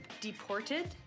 Deported